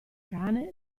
cane